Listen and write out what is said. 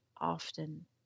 often